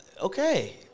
okay